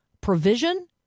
provision